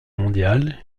mondiale